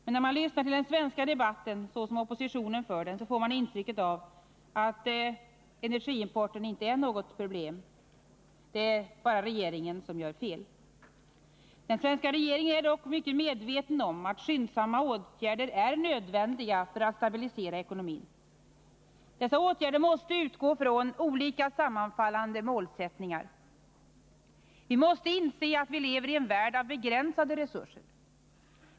Men när man lyssnar till den svenska debatten så som oppositionen för den, får man intrycket att energiimporten inte är något problem — det är bara regeringen som gör fel. Den svenska regeringen är dock mycket medveten om att skyndsamma åtgärder är nödvändiga för att stabilisera ekonomin. Dessa åtgärder måste utgå från olika sammanfallande målsättningar: Vi måste inse att vi lever i en värld av begränsade resurser.